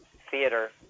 theater